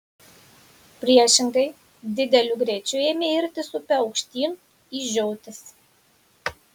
priešingai dideliu greičiu ėmė irtis upe aukštyn į žiotis